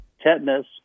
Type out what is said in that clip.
tetanus